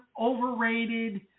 overrated